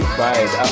bye